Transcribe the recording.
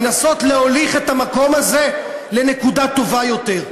לנסות להוליך את המקום הזה לנקודה טובה יותר.